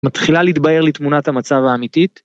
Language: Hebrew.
מתחילה להתבהר לי תמונת המצב האמיתית.